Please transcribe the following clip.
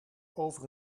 over